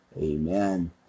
Amen